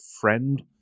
friend